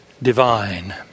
divine